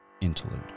interlude